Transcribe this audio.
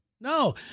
No